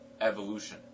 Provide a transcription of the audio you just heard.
evolution